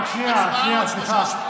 רק שנייה, סליחה.